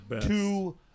two